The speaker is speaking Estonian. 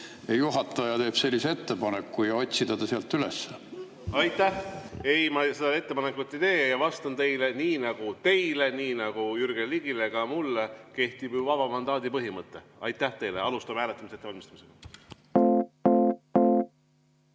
kui juhataja teeb sellise ettepaneku, ja otsida ta sealt üles. Aitäh! Ei, seda ettepanekut ma ei tee ja vastan teile: nii nagu teile, nii nagu Jürgen Ligile, ka mulle kehtib ju vaba mandaadi põhimõte. Aitäh teile! Alustame hääletamise ettevalmistamist. Head